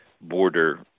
border